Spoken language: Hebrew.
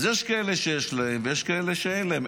יש כאלה שיש להם ויש כאלה שאין להם.